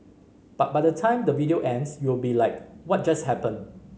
but by the time the video ends you'll be like what just happened